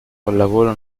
pallavolo